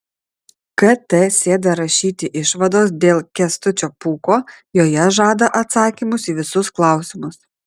kt sėda rašyti išvados dėl kęstučio pūko joje žada atsakymus į visus klausimus